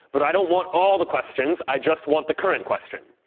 but i don't want all the questions. i just want the current question.